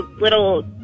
little